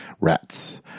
rats